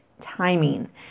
timing